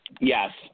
Yes